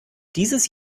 dieses